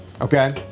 Okay